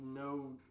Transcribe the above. no-